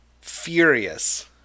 furious